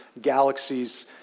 galaxies